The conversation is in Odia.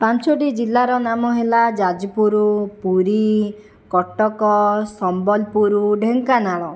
ପାଞ୍ଚଟି ଜିଲ୍ଲାର ନାମ ହେଲା ଯାଜପୁର ପୁରୀ କଟକ ସମ୍ବଲପୁର ଢେଙ୍କାନାଳ